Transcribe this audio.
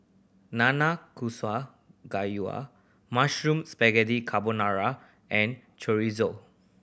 Nanakusa Gayu Mushroom Spaghetti Carbonara and Chorizo